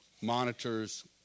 monitors